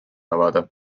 avada